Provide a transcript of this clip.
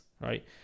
right